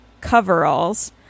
coveralls